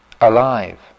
alive